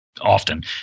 often